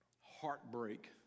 heartbreak